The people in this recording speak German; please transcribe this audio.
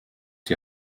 die